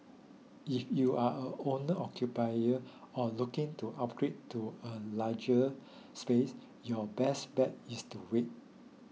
if you are a owner occupier or looking to upgrade to a larger space your best bet is to wait